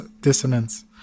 dissonance